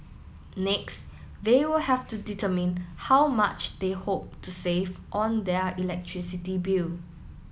next they will have to determine how much they hope to save on their electricity bill